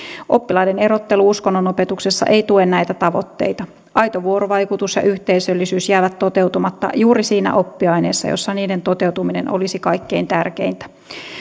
oppilaiden erottelu uskonnonopetuksessa ei tue näitä tavoitteita aito vuorovaikutus ja yhteisöllisyys jäävät toteutumatta juuri siinä oppiaineessa jossa niiden toteutuminen olisi kaikkein tärkeintä